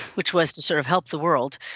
which was to sort of help the world,